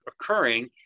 occurring